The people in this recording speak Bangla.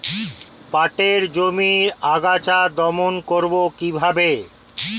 পাটের জমির আগাছা দমন করবো কিভাবে?